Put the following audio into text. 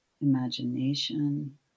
imagination